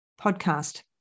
podcast